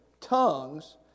tongues